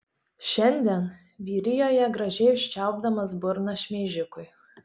šiandien vyrijoje gražiai užčiaupdamas burną šmeižikui